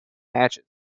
patches